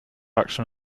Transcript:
action